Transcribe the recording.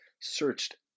searched